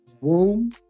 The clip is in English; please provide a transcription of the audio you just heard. womb